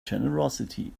generosity